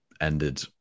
ended